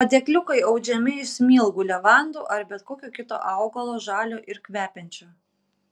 padėkliukai audžiami iš smilgų levandų ar bet kokio kito augalo žalio ir kvepiančio